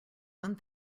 one